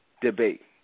debate